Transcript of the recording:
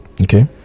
Okay